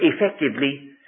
effectively